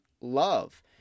love